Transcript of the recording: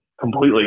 completely